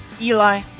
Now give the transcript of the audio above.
Eli